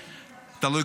תלוי,